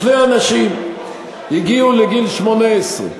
שני אנשים הגיעו לגיל 18,